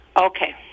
Okay